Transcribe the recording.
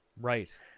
right